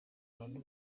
abantu